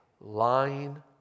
lying